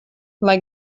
lai